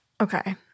Okay